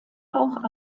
auch